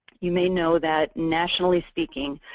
you may know that nationally speaking,